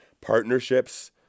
partnerships